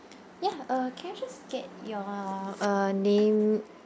ya uh can I just get your uh name